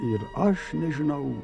ir aš nežinau